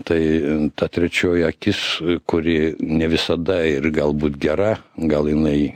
tai ta trečioji akis kuri ne visada ir galbūt gera gal jinai